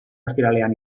ostiralean